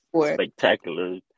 spectacular